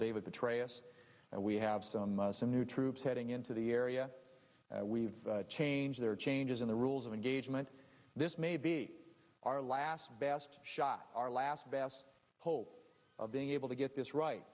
david petraeus and we have some new troops heading into the area we've changed there are changes in the rules of engagement this may be our last best shot our last best hope of being able to get this right